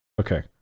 Okay